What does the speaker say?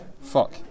fuck